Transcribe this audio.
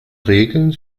regeln